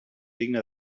digna